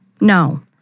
No